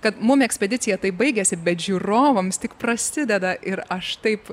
kad mum ekspedicija tai baigėsi bet žiūrovams tik prasideda ir aš taip